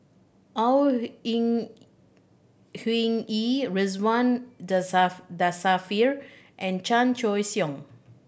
Au Hing Yee Ridzwan Dzafir and Chan Choy Siong